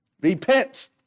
Repent